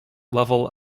level